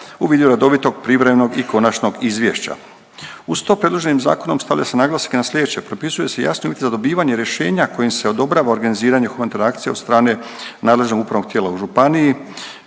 u vidu redovitog, privremenog i konačnog izvješća. Uz to predloženim zakonom stavlja se naglasak i na slijedeće, propisuju se jasni uvjeti za dobivanje rješenja kojim se odobrava organiziranje humanitarne akcije od strane nadležnog upravnog tijela u županiji,